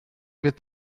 with